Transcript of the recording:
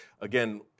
again